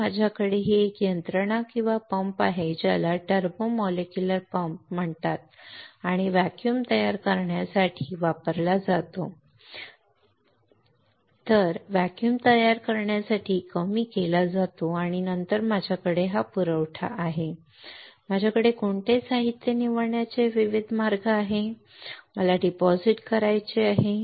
मग माझ्याकडे ही यंत्रणा किंवा पंप आहे ज्याला टर्बो मॉलेक्युलर पंप म्हणतात आणि व्हॅक्यूम तयार करण्यासाठी वापरला जातो आणि व्हॅक्यूम तयार करण्यासाठी कमी केला जातो आणि नंतर माझ्याकडे हा पुरवठा आहे माझ्याकडे कोणते साहित्य निवडण्याचे विविध मार्ग आहेत मला डिपॉझिट करायचे आहे